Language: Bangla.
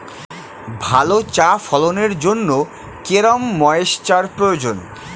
ভালো চা ফলনের জন্য কেরম ময়স্চার প্রয়োজন?